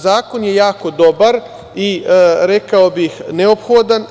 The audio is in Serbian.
Zakon je jako dobar i rekao bih neophodan.